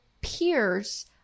peers